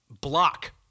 block